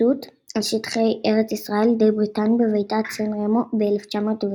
אפוטרופסות על שטחי ארץ ישראל לידי בריטניה בועידת סן רמו ב-1920.